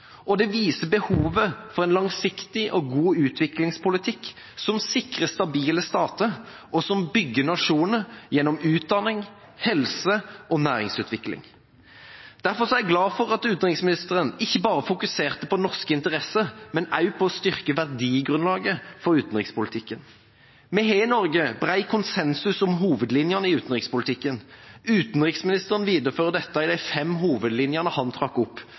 Det viser behovet for en langsiktig og god utviklingspolitikk som sikrer stabile stater, og som bygger nasjoner gjennom utdanning, helse og næringsutvikling. Derfor er jeg glad for at utenriksministeren ikke bare fokuserte på norske interesser, men også på å styrke verdigrunnlaget for utenrikspolitikken. Vi har i Norge bred konsensus om hovedlinjene i utenrikspolitikken. Utenriksministeren viderefører dette i de fem hovedlinjene han trakk opp.